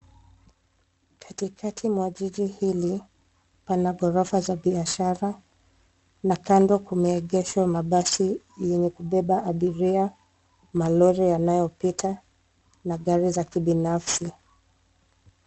Katikati mwa jiji hili, pana ghorofa za biashara na kando kumeegeshwa mabasi yenye kubeba abiria, malori yanayopita na gari za kibinafsi.